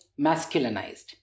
masculinized